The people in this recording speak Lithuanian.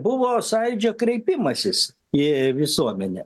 buvo sąjūdžio kreipimasis į visuomenę